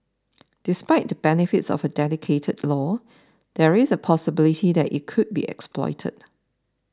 despite the benefits of a dedicated law there is a possibility that it could be exploited